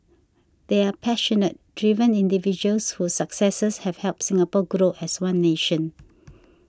they are passionate driven individuals whose successes have helped Singapore grow as one nation